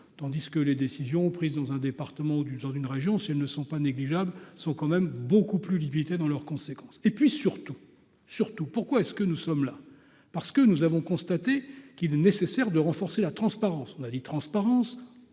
tandis que les décisions prises dans un département ou d'une dans une région si elles ne sont pas négligeables sont quand même beaucoup plus limités dans leurs conséquences. Et puis, surtout, surtout, pourquoi est-ce que nous sommes là parce que nous avons constaté qu'il est nécessaire de renforcer la transparence, on a dit transparence,